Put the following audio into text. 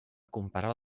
comparar